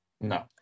No